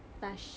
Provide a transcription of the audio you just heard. bash